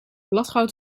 bladgoud